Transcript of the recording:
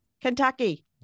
Kentucky